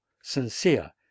SINCERE